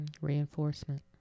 Reinforcement